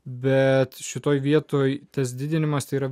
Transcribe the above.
bet šitoje vietoj tas didinimas tėra